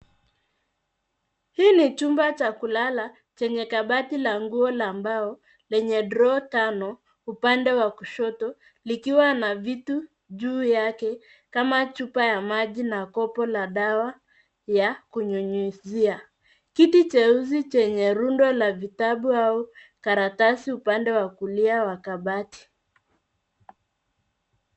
Hii ni chumba cha kulala chenye kabati la nguo la mbao lenye drawer tano upande wa kushoto, likiwa na vitu juu yake kama chupa ya maji na kopo la dawa ya kunyunyizia. Kiti cheusi chenye rundo la vitabu au karatasi upande wa kulia wa kabati.